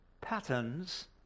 patterns